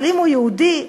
אבל יהודי,